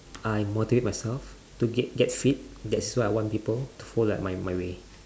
I motivate myself to get get fit that's why I want people to foll~ like my my way